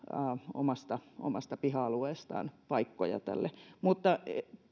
omasta omasta piha alueestaan paikkoja tälle